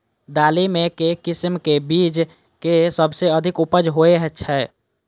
दालि मे केँ किसिम केँ बीज केँ सबसँ अधिक उपज होए छै?